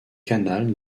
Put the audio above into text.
canal